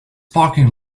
parking